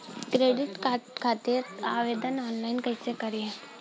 Credit card खातिर online आवेदन कइसे करि?